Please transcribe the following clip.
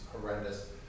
horrendous